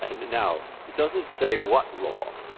and now, it doesn't say what law.